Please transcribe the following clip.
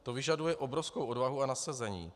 To vyžaduje obrovskou odvahu a nasazení.